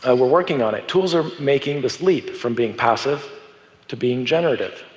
and we're working on it. tools are making this leap from being passive to being generative.